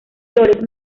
mayores